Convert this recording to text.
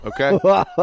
okay